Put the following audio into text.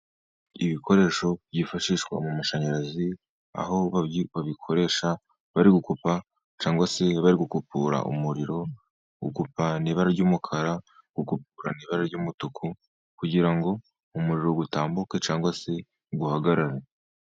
Ibikoresho byifashishwa mu mashanyarazi aho babikoresha bari gukupa cyangwa se bari gukupura umuriro, gukupa n'ibara ry'umukara, gukupura n' ibara ry'umutuku kugira ngo umuriro utambuke cyangwa se uhagarare.